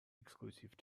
exclusive